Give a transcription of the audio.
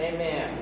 Amen